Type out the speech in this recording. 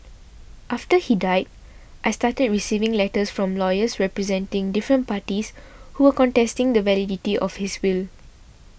after he died I started receiving letters from lawyers representing different parties who were contesting the validity of his will